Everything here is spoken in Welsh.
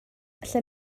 allan